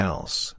Else